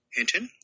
Hinton